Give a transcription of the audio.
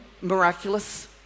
miraculous